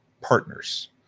partners